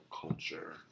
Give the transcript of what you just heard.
culture